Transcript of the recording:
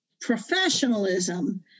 professionalism